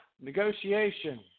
negotiation